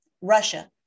Russia